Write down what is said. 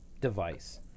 device